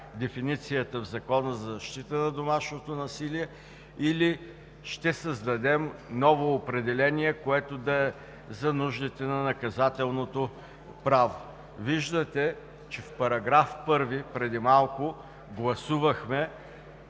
дефиницията в Закона за защита от домашното насилие, или ще създадем ново определение, което да е за нуждите на наказателното право? Виждате, че в § 1 преди малко гласувахме,